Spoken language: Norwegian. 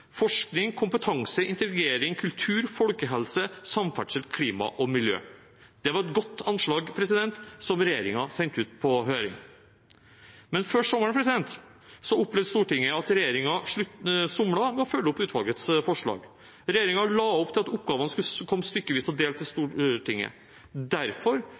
forskning, kompetanse, integrering, kultur, folkehelse, samferdsel, klima og miljø. Det var et godt anslag som regjeringen sendte ut på høring. Men før sommeren opplevde Stortinget at regjeringen somlet med å følge opp utvalgets forslag. Regjeringen la opp til at oppgavene skulle komme stykkevis og delt til Stortinget. Derfor